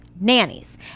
nannies